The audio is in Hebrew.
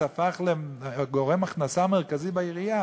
זה הפך לגורם הכנסה מרכזי בעירייה.